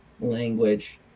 language